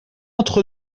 entre